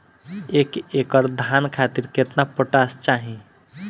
एक एकड़ धान खातिर केतना पोटाश चाही?